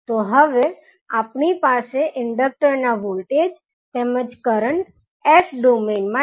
તો હવે આપણી પાસે ઈન્ડક્ટરનાં વોલ્ટેજ તેમજ કરંટ S ડૉમેઇનમાં છે